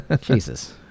Jesus